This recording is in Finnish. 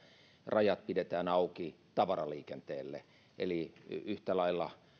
rajat pidetään auki tavaraliikenteelle eli yhtä lailla